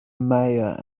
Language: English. mayor